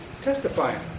testifying